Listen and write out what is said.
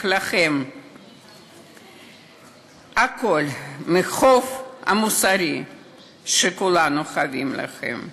לכם הכול בשל החוב המוסרי שכולנו חייבים לכם.